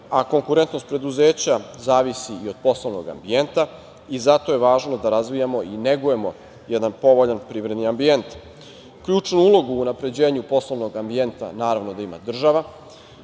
Konkurentnost preduzeća zavisi i od poslovnog ambijenta i zato je važno da razvijamo i negujemo jedan povoljan privredni ambijent. Ključnu ulogu u unapređenju poslovnog ambijenta naravno da ima država,